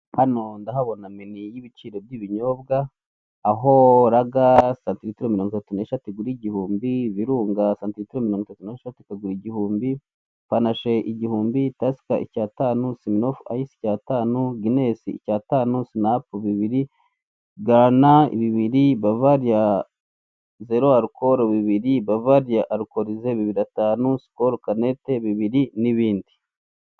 Hano ndahabona meni y'ibiciro by'ibinyobwa, aho laga santilitiro mirongo itatu n'eshatu igura igihumbi, Virunga santilitiro mirongo itatu n'esheshatu ikagura igihumbi, Panashe igihumbi, Tasika icy'atanu, siminofu ayisi icy'atanu, Ginesi icy'atanu, sinapu bibiri, garana bibiri, Bavariya zero alukolo bibiri, Bavaliya alukorize bibiri atanu, Sikolo kanete bibiri n'ibindi.